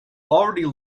already